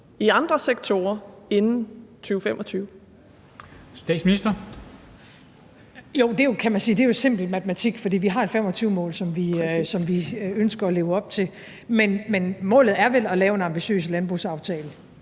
(Mette Frederiksen): Jo, det kan man jo sige er simpel matematik. For vi har et 2025-mål, som vi ønsker at leve op til. Men målet er vel at lave en ambitiøs landbrugsaftale